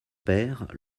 père